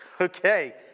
okay